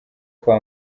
kwa